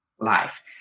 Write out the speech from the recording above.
life